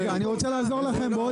אני רוצה לעזור לכם בעוד